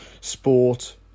sport